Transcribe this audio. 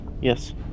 Yes